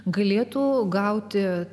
galėtų gauti